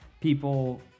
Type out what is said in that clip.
People